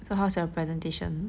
so how's your presentation